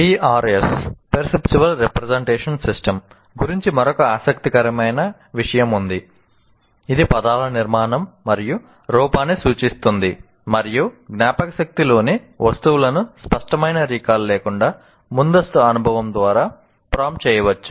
perceptual representation system గురించి మరొక ఆసక్తికరమైన విషయం ఉంది ఇది పదాల నిర్మాణం మరియు రూపాన్ని సూచిస్తుంది మరియు జ్ఞాపకశక్తిలోని వస్తువులను స్పష్టమైన రీకాల్ లేకుండా ముందస్తు అనుభవం ద్వారా ప్రాంప్ట్ చేయవచ్చు